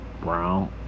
brown